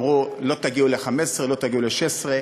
אמרו, לא תגיעו ל-2015, לא תגיעו ל-2016.